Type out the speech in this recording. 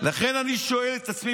לכן אני שואל את עצמי,